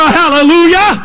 hallelujah